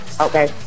Okay